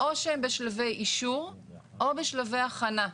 או שהן בשלבי אישור או בשלבי הכנה.